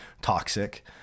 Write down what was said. toxic